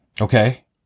Okay